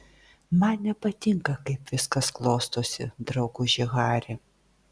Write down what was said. man nepatinka kaip viskas klostosi drauguži hari